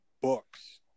books